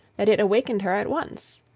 that it awakened her at once.